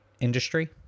industry